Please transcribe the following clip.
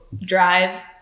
drive